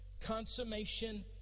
consummation